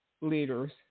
leaders